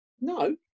no